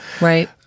right